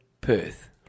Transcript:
Perth